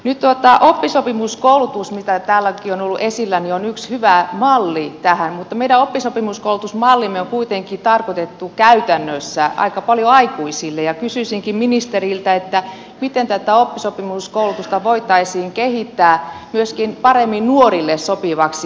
nyt oppisopimuskoulutus mikä täälläkin on ollut esillä on yksi hyvä malli tähän mutta meidän oppisopimuskoulutusmallimme on kuitenkin tarkoitettu käytännössä aika paljon aikuisille ja kysyisinkin ministeriltä miten oppisopimuskoulutusta voitaisiin kehittää myöskin paremmin nuorille sopivaksi